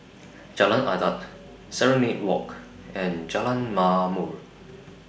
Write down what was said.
Jalan Adat Serenade Walk and Jalan Ma'mor